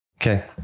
Okay